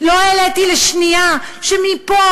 לא העליתי על דעתי לשנייה שמפה,